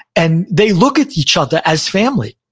and they look at each other as family,